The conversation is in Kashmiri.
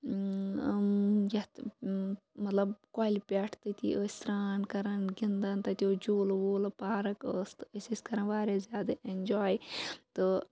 یَتھ مطلب کۄلہِ پٮ۪ٹھ تٔتی ٲسۍ سران کَران گِندان تَتہِ اوس جولہٕ وولہٕ پارَک ٲسۍ تہٕ أسۍ ٲسۍ کَران واریاہ زیادٕ اینجاے تہٕ